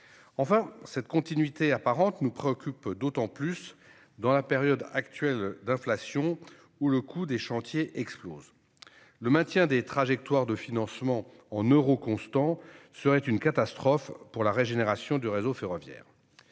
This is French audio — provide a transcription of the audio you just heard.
Enfin, cette continuité apparente nous préoccupe d'autant plus dans la période actuelle d'inflation, où les coûts des chantiers explosent. Le maintien des trajectoires de financement en euros courants serait une catastrophe pour la régénération du réseau ferroviaire.